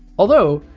although,